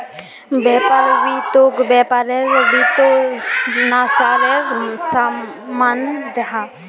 व्यापार वित्तोक व्यापारेर वित्त्पोशानेर सा मानाल जाहा